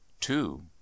Two